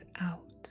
out